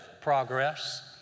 progress